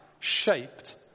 shaped